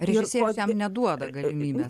režisierius jam neduoda galimybės